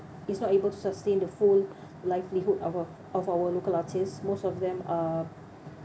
is not able to sustain the full livelihood of our of our local artist most of them are